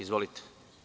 Izvolite.